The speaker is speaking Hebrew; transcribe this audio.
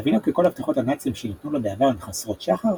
בהבינו כי כל הבטחות הנאצים שניתנו לו בעבר הן חסרות שחר,